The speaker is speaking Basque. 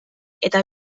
eta